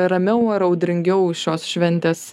ramiau ar audringiau šios šventės